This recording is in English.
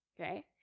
Okay